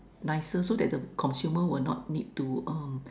nicer so that the consumer would not need to um